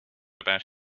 about